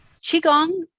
Qigong